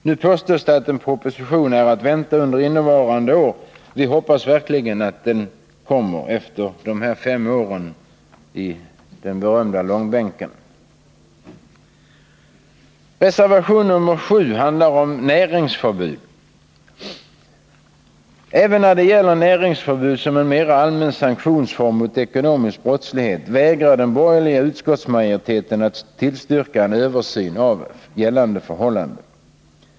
Nu påstås det att en proposition är att vänta under innevarande år. Vi hoppas att den verkligen kommer efter dessa fem år i den berömda långbänken. Reservation nr 7 handlar om näringsförbud. Även när det gäller näringsförbud som en mera allmän sanktionsform mot ekonomisk brottslighet vägrar den borgerliga utskottsmajoriteten att tillstyrka en översyn av nuvarande förhållanden.